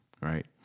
right